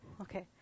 Okay